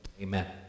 amen